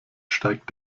steigt